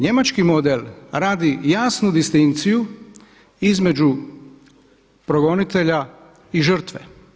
Njemački model radi jasnu distinkciju između progonitelja i žrtve.